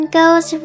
goes